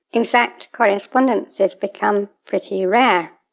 exact correspondences become pretty rare.